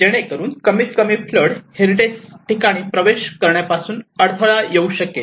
जेणेकरून कमीत कमी फ्लड हेरिटेज ठिकाणी प्रवेश करण्यापासून अडथळा येऊ शकेल